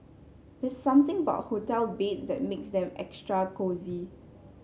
there something about hotel beds that makes them extra cosy